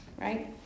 right